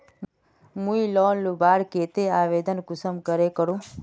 मुई लोन लुबार केते आवेदन कुंसम करे करूम?